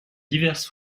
diverses